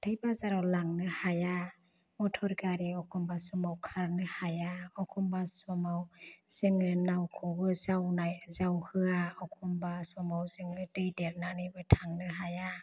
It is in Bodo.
हाथाइ बाजाराव लांनो हाया मटर गारि एखमबा समाव खारनो हाया एखमबा समाव जोङो नावखौबो जाउनाय जाउहोआ एखमबा समाव जोङो दै देरनानैबो थांनो हाया